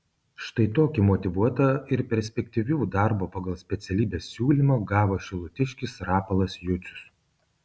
štai tokį motyvuotą ir perspektyvių darbo pagal specialybę siūlymą gavo šilutiškis rapolas jucius